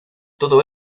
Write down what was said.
todo